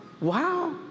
Wow